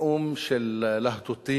נאום של להטוטים